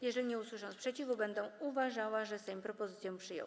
Jeżeli nie usłyszę sprzeciwu, będę uważała, że Sejm propozycję przyjął.